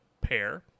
pair